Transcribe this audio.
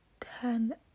ten